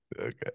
okay